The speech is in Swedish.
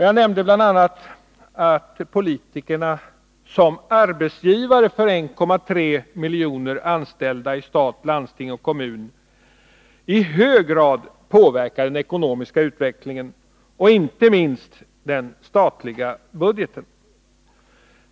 Jag nämnde bl.a. att politikerna som arbetsgivare för 1,3 miljoner anställda i stat, landsting och kommuner i hög grad påverkar den ekonomiska utvecklingen och inte minst den statliga budgeten.